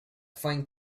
find